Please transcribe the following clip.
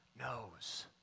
knows